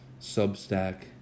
Substack